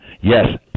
Yes